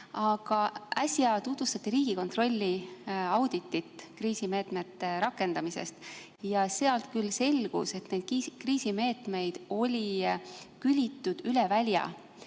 Aga äsja tutvustati Riigikontrolli auditit kriisimeetmete rakendamise kohta ja sealt selgus, et neid kriisimeetmeid oli külitud üle välja.